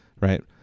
right